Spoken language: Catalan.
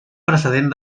precedent